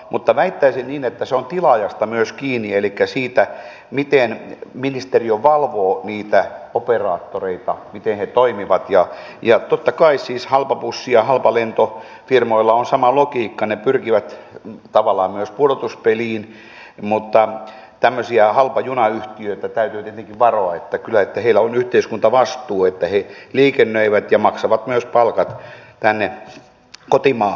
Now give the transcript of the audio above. mutta väittäisin niin että se on myös tilaajasta kiinni elikkä siitä miten ministeriö valvoo niitä operaattoreita miten he toimivat ja totta kai siis halpabussi ja halpalentofirmoilla on sama logiikka ne pyrkivät tavallaan myös pudotuspeliin mutta tämmöisiä halpajunayhtiöitä täytyy tietenkin valvoa heillä on yhteiskuntavastuu että he liikennöivät ja maksavat myös palkat tänne kotimaahan